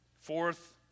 Fourth